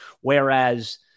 whereas